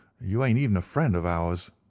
you ain't even a friend of ours.